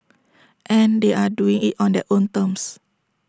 and they are doing IT on their own terms